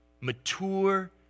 mature